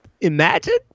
Imagine